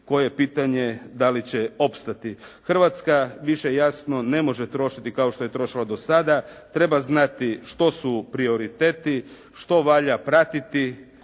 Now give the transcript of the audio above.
koje pitanje da li će opstati. Hrvatska više, jasno, ne može trošiti kao što je trošila do sada. Treba znati što su prioriteti, što valja pratiti,